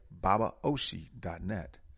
babaoshi.net